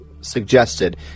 suggested